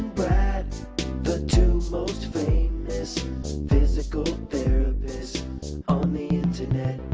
brad the two most famous physical therapists on the internet